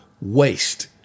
waste